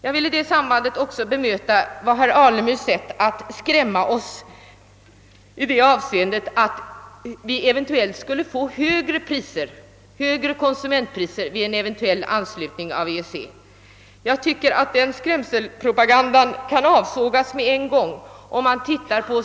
Jag vill i detta sammanhang också polemisera mot herr Alemyrs sätt att skrämma oss med att vi eventuellt skulle få högre konsumentpriser vid en anslutning till EEC. Denna skrämselpropaganda kan omedelbart läggas ned.